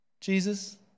Jesus